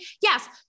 Yes